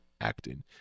acting